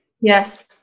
yes